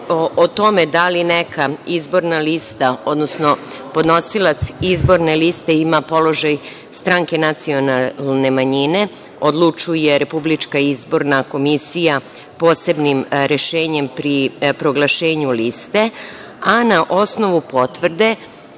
o tome da li neka izborna lista, odnosno podnosilac izborne liste ima položaj stranke nacionalne manjine odlučuje RIK posebnim rešenjem pri proglašenju liste, a na osnovu potvrde